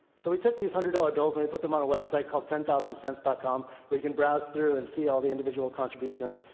so we took these hundred dollar bills, and we put them on a website called tenthousandscents com, where you can browse through and see all the individual contributions.